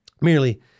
merely